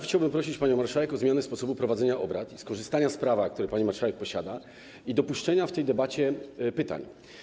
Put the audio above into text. Chciałbym prosić panią marszałek o zmianę sposobu prowadzenia obrad, skorzystanie z prawa, które pani marszałek posiada, i dopuszczenie w tej debacie do zadawania pytań.